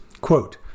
quote